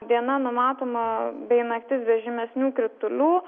diena numatoma bei naktis be žymesnių kritulių